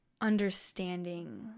understanding